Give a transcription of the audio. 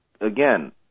again